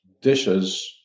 dishes